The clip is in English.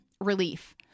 relief